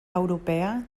europea